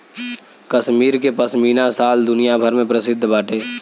कश्मीर के पश्मीना शाल दुनिया भर में प्रसिद्ध बाटे